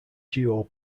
duo